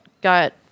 got